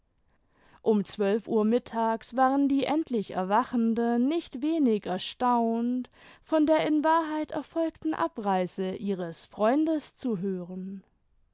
um zwölf uhr mittags waren die endlich erwachenden nicht wenig erstaunt von der in wahrheit erfolgten abreise ihres freundes zu hören